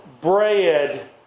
bread